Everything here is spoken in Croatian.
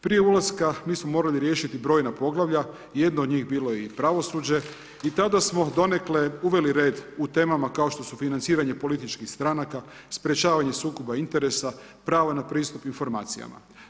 Prije ulaska mi smo morali riješiti brojna poglavlja i jedno od njih bilo je i pravosuđe i tada smo donekle uveli red u temama kao što su financiranje političkih stranaka, sprječavanje sukoba interesa, prava na pristup informacijama.